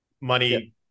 money